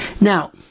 Now